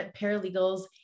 paralegals